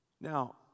Now